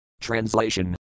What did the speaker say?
Translation